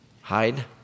Hide